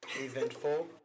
eventful